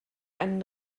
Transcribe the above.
einen